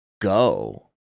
go